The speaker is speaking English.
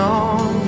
on